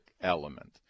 element